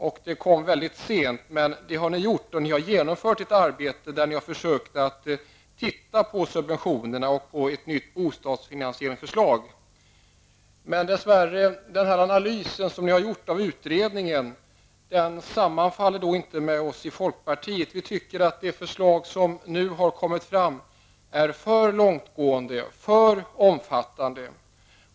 Det kommer som sagt väldigt sent, men ni har genomfört ett arbete där ni har försökt att titta på subventionerna och ett nytt bostadsfinansieringsförslag. Dess värre sammanfaller inte de analyser och utredningar som socialdemokraterna har gjort med vad vi tycker i folkpartiet. Vi tycker att de förslag som nu har tagits fram är för långtgående och omfattande.